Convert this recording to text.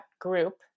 group